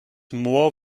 moor